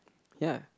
ya